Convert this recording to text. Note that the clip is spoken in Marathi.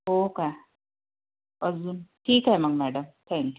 हो का अजून ठीक आहे मग मॅडम थॅंक यू